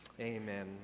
amen